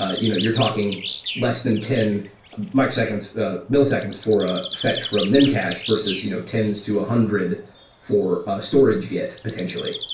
ah you know you're talking less than ten milliseconds milliseconds for a fetch from memcached versus you know tens to one hundred for a storage git potentially